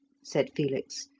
said felix.